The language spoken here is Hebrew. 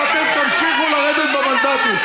ואתם תמשיכו לרדת במנדטים.